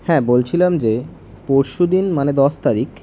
হ্যাঁ বলছিলাম যে পরশু দিন মানে দশ তারিখ